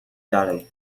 dalej